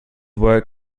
work